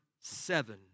seven